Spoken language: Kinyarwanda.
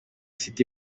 city